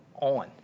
on